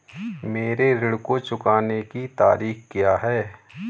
मेरे ऋण को चुकाने की तारीख़ क्या है?